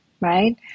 right